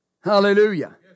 Hallelujah